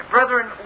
Brethren